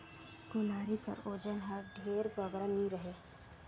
कलारी कर ओजन हर ढेर बगरा नी रहें